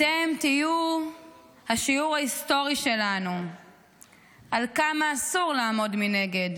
אתם תהיו השיעור ההיסטורי שלנו על כמה אסור לעמוד מנגד,